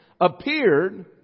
...appeared